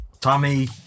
Tommy